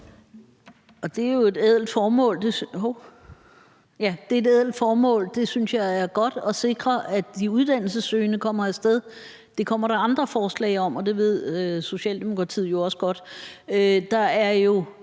Det er jo et ædelt formål. Jeg synes, det er godt at sikre, at de uddannelsessøgende kan komme af sted. Det kommer der andre forslag om, og det ved Socialdemokratiet jo også godt. Der er det